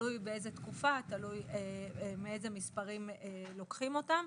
תלוי באיזה תקופה, תלוי מאיזה מספרים לוקחים אותם.